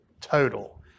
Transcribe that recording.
total